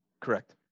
Correct